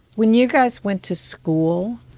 when you guys went to school,